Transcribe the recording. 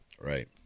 right